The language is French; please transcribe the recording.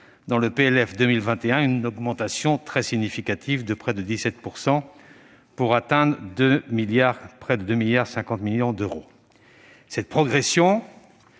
les sénateurs, une augmentation très significative- près de 17 %-, pour atteindre près de 2,5 milliards d'euros.